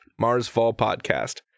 MarsFallPodcast